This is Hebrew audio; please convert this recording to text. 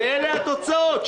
ואלה התוצאות.